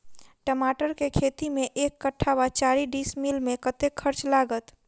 टमाटर केँ खेती मे एक कट्ठा वा चारि डीसमील मे कतेक खर्च लागत?